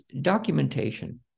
documentation